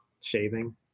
shaving